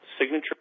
signature